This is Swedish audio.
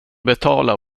betala